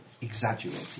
exaggerated